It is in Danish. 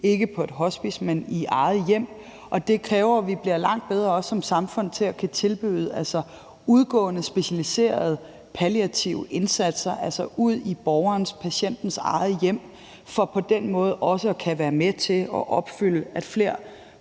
ikke på et hospice, men i eget hjem, og det kræver også, at vi som samfund bliver langt bedre til at kunne tilbyde udgående specialiserede palliative indsatser, altså ud i borgerens, patientens, eget hjem, for på den måde også at kunne være med til at opfylde, at flere